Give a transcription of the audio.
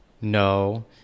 No